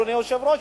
אדוני היושב-ראש,